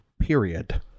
period